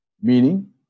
meaning